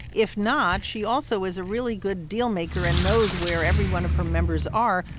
if not, she also is a really good dealmaker and knows where every one of her members are.